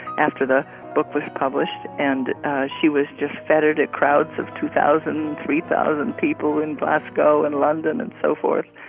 after the book was published and she was just fettered at crowds of two thousand, three thousand people in glasgow and london and so forth.